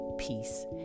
peace